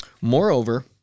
Moreover